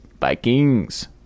Vikings